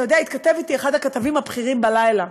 אתה יודע, התכתב אתי אחד הכתבים הבכירים בלילה,